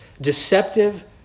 deceptive